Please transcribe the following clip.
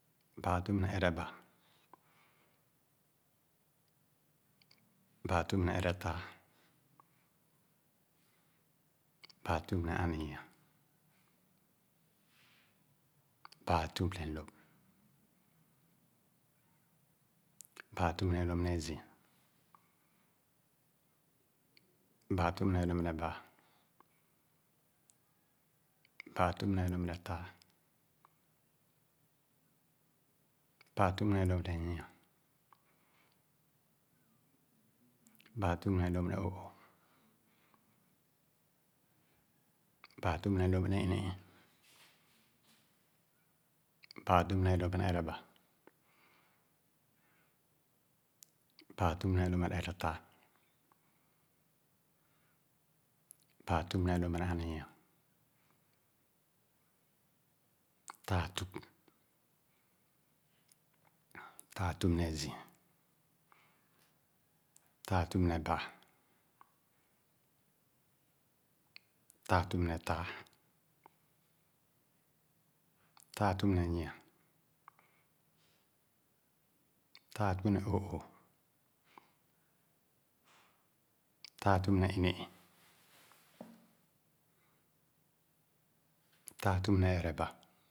Baa tüp ne oreba, baa tüp ne eretaa, baa tüp ne aninyia, baa tüp ne lōp. Baa tüp ne lōp ne azii, baa tüp ne lōp ne baa, baa tüp ne lōp ne taa, baa tüp ne tōp ne nyi-a, baa tüp ne lōp ne o’ooh, baa tiip ne lōp ne ini-ii, baa tüp ne lōp ne ereba, baa tüp ne lōp ne eretaa, baa tüp ne lōp ne aninya, taa tüp. Taa tüp ne azil. taa tup ne baa, tap tüp ne lāa, taa tüp ne nyi-a, taa tüp ne o’ooh, taa tüp ne ini-ii, taa tüp ne ereba